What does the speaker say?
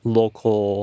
local